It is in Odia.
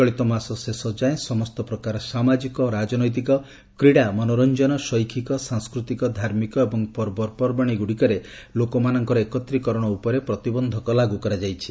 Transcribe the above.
ଚଳିତ ମାସ ଶେଷ ଯାଏଁ ସମସ୍ତ ପ୍ରକାର ସାମାଜିକ ରାଜନୈତିକ କ୍ରୀଡ଼ା ମନୋରଞ୍ଜନ ଶୈକ୍ଷିକ ସାଂସ୍କୃତିକ ଧାର୍ମିକ ଏବଂ ପର୍ବପର୍ବାଣିଗୁଡ଼ିକରେ ଲୋକମାନଙ୍କ ଏକତ୍ରୀକରଣ ଉପରେ ପ୍ରତିବନ୍ଧକ ଲାଗୁ କରାଯାଇଛି